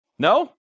No